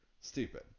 Stupid